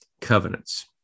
covenants